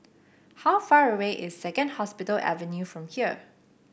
how far away is Second Hospital Avenue from here